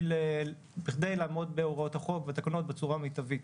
בכדי לעמוד בהוראות החוק והתקנות בצורה המיטבית.